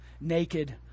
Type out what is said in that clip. naked